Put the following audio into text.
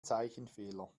zeichenfehler